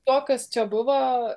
to kas čia buvo